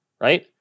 right